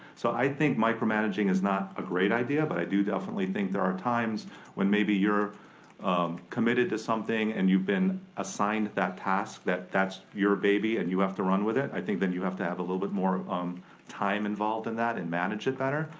so i think micromanaging is not a great idea, but i do definitely think there are times when maybe you're um committed to something and you've been assigned that task, that that's your baby and you have to run with it. i think then you have to have a little bit more um time involved in that and manage it better.